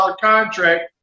contract